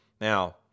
Now